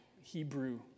Hebrew